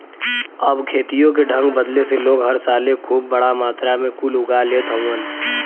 अब खेतियों के ढंग बदले से लोग हर साले खूब बड़ा मात्रा मे कुल उगा लेत हउवन